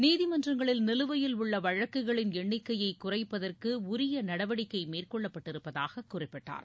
நீதிமன்றங்களில் நிலுவையில் உள்ள வழக்குகளின் எண்ணிகையை குறைப்பதற்கு உரிய நடவடிக்கை மேற்கொள்ளப்பட்டிருப்பதாக குறிப்பிட்டார்